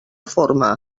forma